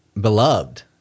beloved